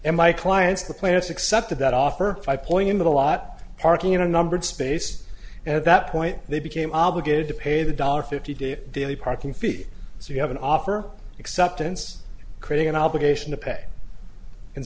and my clients the plaintiffs accepted that offer five point in the lot parking in a numbered space and at that point they became obligated to pay the dollar fifty day daily parking fee so you have an offer acceptance creating an obligation to pay in